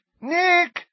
nick